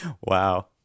wow